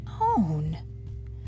own